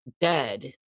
dead